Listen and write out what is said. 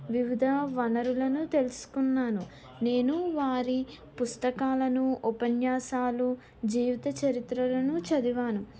వివిధ వనరులను తెలుసుకున్నాను నేను వారి పుస్తకాలను ఉపన్యాసాలు జీవిత చరిత్రలను చదివాను